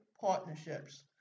partnerships